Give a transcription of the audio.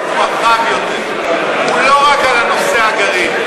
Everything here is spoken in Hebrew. הוא רחב יותר, הוא לא רק על נושא הגרעין.